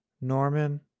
Norman